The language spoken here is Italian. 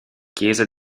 chiesa